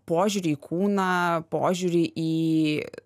požiūrį į kūną požiūrį į